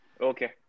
Okay